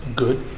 good